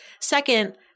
Second